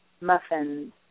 muffins